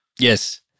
Yes